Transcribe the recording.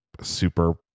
super